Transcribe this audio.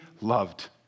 loved